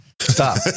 Stop